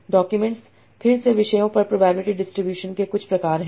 documents फिर से विषयों पर प्रोबेबिलिटी डिस्ट्रीब्यूशन के कुछ प्रकार हैं